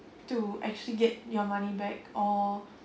to actually get your money back or